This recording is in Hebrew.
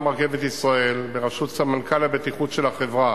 "רכבת ישראל" בראשות סמנכ"ל הבטיחות של החברה,